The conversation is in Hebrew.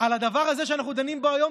על הדבר הזה שאנחנו דנים בו היום,